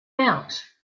out